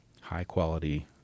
high-quality